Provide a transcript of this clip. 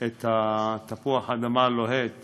את תפוח-האדמה הלוהט